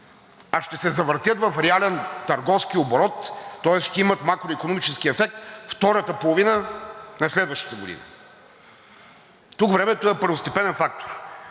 а ще се завъртят в реален търговски оборот, тоест ще имат макроикономически ефект през втората половина на следващата година. Тук времето е първостепенен фактор.